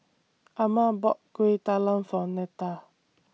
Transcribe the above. Ama bought Kueh Talam For Neta